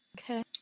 Okay